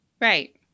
right